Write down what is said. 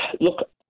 Look